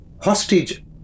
Hostage